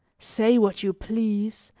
say what you please,